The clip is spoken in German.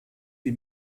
die